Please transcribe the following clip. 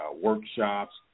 workshops